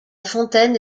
fontaine